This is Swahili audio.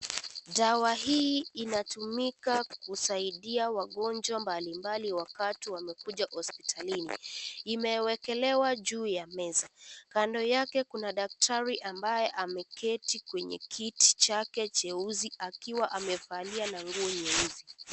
Dawa hii inatukika kusaidia wagonjwa mbalimbali wakati wamekuja hospitalini. Imewekelewa juu ya meza. Kando yake kuna dakataria ambaye ameketi kwenye kiti chake cheusi akiwa amevalia na nguo nyeusi.